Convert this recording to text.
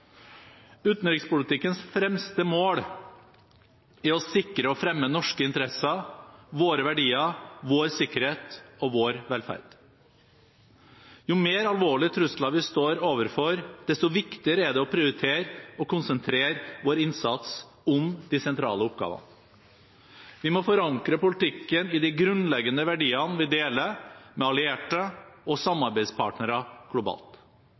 Utenrikspolitikkens fremste mål er å sikre og fremme norske interesser – våre verdier, vår sikkerhet og vår velferd. Jo mer alvorlige trusler vi står overfor, desto viktigere er det å prioritere og konsentrere vår innsats om de sentrale oppgavene. Vi må forankre politikken i de grunnleggende verdiene vi deler med allierte og samarbeidspartnere globalt.